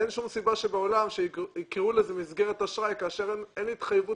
אין שום סיבה שבעולם שיקראו לזה מסגרת אשראי כאשר אין התחייבות